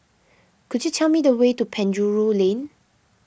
could you tell me the way to Penjuru Lane